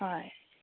হয়